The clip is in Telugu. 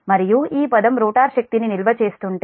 మరియు ఈ పదం రోటర్ శక్తిని నిల్వ చేస్తుంటే